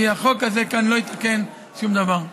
כי החוק הזה כאן לא יתקן שום דבר.